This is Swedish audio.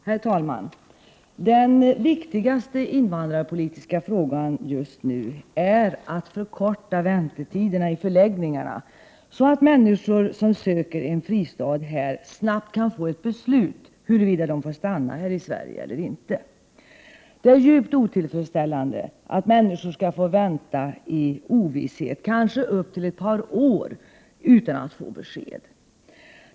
Herr talman! Den viktigaste invandrarpolitiska frågan just nu är att förkorta väntetiderna i förläggningarna så, att människor som här söker en fristad snabbt kan få ett beslut huruvida de får stanna i Sverige eller inte. Det är djupt otillfredsställande att människor skall behöva vänta i ovisshet — kanske upp till ett par år — utan att få besked.